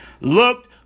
looked